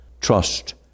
trust